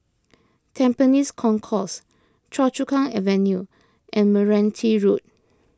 Tampines Concourse Choa Chu Kang Avenue and Meranti Road